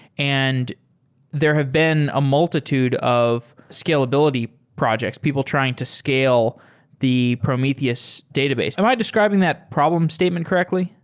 and there have been a multitude of scalability projects, people trying to scale the prometheus database. am i describing that problem statement correctly?